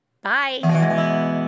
Bye